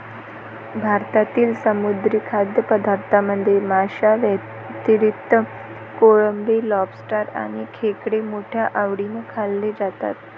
भारतातील समुद्री खाद्यपदार्थांमध्ये माशांव्यतिरिक्त कोळंबी, लॉबस्टर आणि खेकडे मोठ्या आवडीने खाल्ले जातात